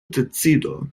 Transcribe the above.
decido